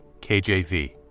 KJV